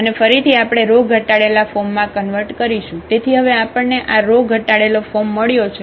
અને ફરીથી આપણે રો ઘટાડેલા ફોર્મમાં કન્વર્ટ કરીશું તેથી હવે આપણને આ રો ઘટાડેલો ફોર્મ મળ્યો છે